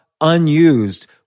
unused